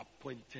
appointed